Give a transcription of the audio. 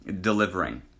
delivering